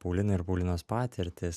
pauliną ir paulinos patirtis